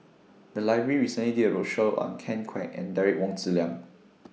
The Library recently did A roadshow on Ken Kwek and Derek Wong Zi Liang